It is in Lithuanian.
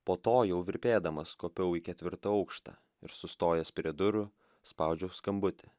po to jau virpėdamas kopiau į ketvirtą aukštą ir sustojęs prie durų spaudžiau skambutį